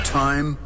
time